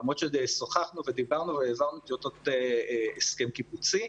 למרות ששוחחנו ודיברנו והעברנו טיוטות הסכם קיבוצי,